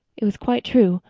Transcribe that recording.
it was quite true.